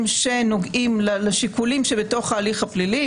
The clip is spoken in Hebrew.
שנוגעים לשיקולים שבתוך ההליך הפלילי.